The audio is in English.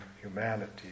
humanity